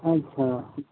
اچھا